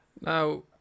Now